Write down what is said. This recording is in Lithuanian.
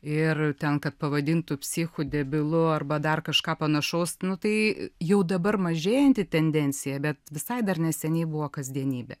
ir tenka pavadin tu psichu debilu arba dar kažką panašaus nu tai jau dabar mažėjanti tendencija bet visai dar neseniai buvo kasdienybė